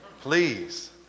Please